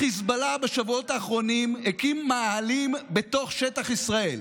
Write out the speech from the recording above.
החיזבאללה בשבועות האחרונים הקים מאהלים בתוך שטח ישראל,